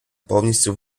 повністю